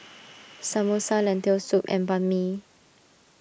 Samosa Lentil Soup and Banh Mi